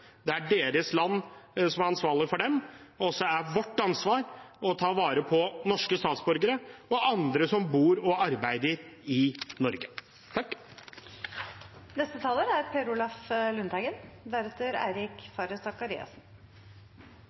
Det er deres land som er ansvarlige for dem, og så er vårt ansvar å ta vare på norske statsborgere og andre som bor og arbeider i Norge. Først vil jeg ta opp Senterpartiets forslag. Fremskrittspartiet er